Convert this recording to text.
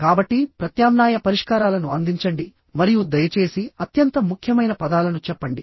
కాబట్టి ప్రత్యామ్నాయ పరిష్కారాలను అందించండి మరియు దయచేసి అత్యంత ముఖ్యమైన పదాలను చెప్పండి